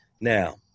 Now